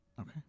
Okay